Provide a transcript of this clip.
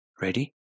Ready